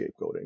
scapegoating